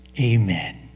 Amen